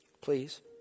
please